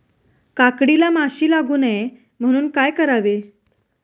काकडीला माशी लागू नये म्हणून काय करावे?